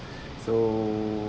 so